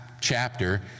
chapter